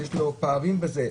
שיש לו פערים בזה,